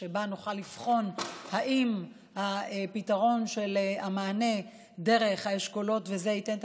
נוכל לבחון אם הפתרון של המענה דרך האשכולות ייתן את